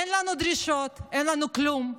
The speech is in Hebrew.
אין לנו דרישות, אין לנו כלום.